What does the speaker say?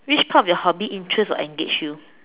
which part of your hobby interest or engage you